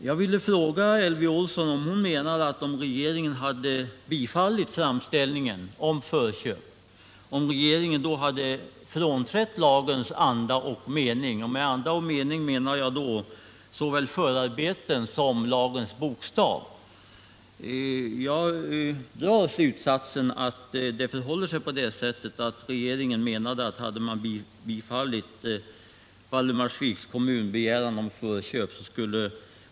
Jag vill fråga Elvy Olsson om hon menar att regeringen, om den hade bifallit framställningen om förköp, hade frånträtt lagens anda och mening. Med anda och mening avser jag såväl förarbeten som lagens bokstav. Jag drar den slutsatsen att regeringen ansåg att den skulle ha brutit mot lagens bestämmelser om den hade bifallit Valdemarsviks kommuns begäran om förköp.